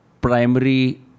primary